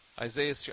Isaiah